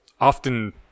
often